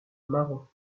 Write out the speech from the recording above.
marron